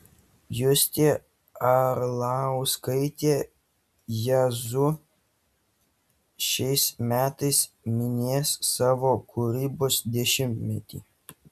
justė arlauskaitė jazzu šiais metais minės savo kūrybos dešimtmetį